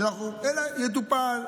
אלא: יטופל.